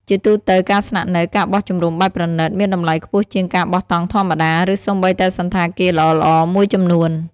ជាទូទៅ ការស្នាក់នៅ ការបោះជំរំបែបប្រណីត មានតម្លៃខ្ពស់ជាងការបោះតង់ធម្មតា ឬសូម្បីតែសណ្ឋាគារល្អៗមួយចំនួន។